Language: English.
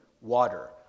water